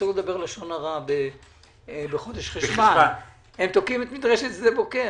הם תוקעים את המדרשה.